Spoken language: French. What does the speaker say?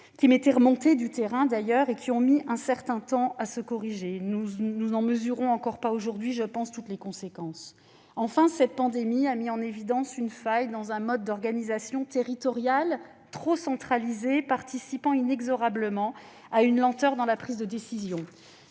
qui m'étaient remontés du terrain et qui ont mis un certain temps à être corrigés. Nous n'en mesurons pas encore aujourd'hui toutes les conséquences. Enfin, cette pandémie a mis en évidence une faille dans notre mode d'organisation territorial trop centralisé, ce qui participe inexorablement à une lenteur dans la prise de décisions.